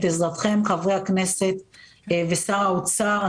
עזרתכם חברי הכנסת ואת עזרת שר האוצר.